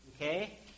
Okay